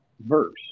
verse